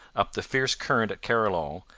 up the fierce current at carillon,